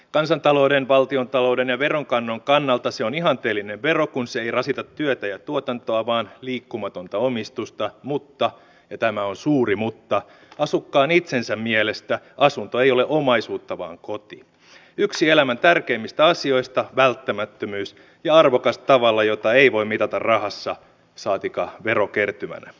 kansantalouden valtiontalouden ja veronkannon kannalta se on ihanteellinen vero kun se ei rasita työtä ja tuotantoa vaan liikkumatonta omistusta mutta ja tämä on suuri mutta asukkaan itsensä mielestä asunto ei ole omaisuutta vaan koti yksi elämän tärkeimmistä asioista välttämättömyys ja arvokas tavalla jota ei voi mitata rahassa saatikka verokertymänä